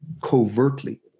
covertly